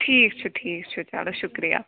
ٹھیٖک چھُ ٹھیٖک چھُ چلو شُکریہ